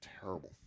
terrible